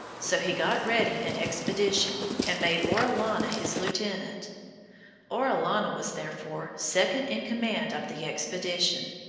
so he got ready an expedition, and made orellana his lieutenant orellana was, therefore, second in command of the expedition.